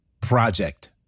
project